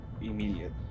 immediate